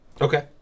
Okay